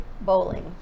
Bowling